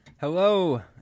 hello